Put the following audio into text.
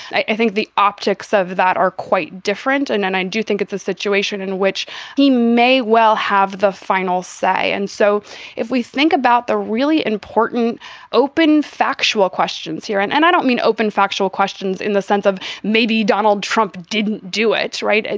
i think the optics of that are quite different. and and i do think it's a situation in which he may well have the final say. and so if we think about the really important open factual questions here, and and i don't mean open factual questions in the sense of maybe donald trump didn't do it right.